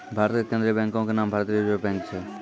भारत के केन्द्रीय बैंको के नाम भारतीय रिजर्व बैंक छै